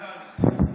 אבל לדבר אחריך זה קשה.